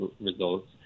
results